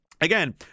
again